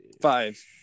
Five